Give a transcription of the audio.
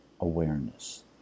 awareness